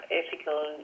ethical